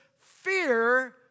fear